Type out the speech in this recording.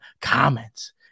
comments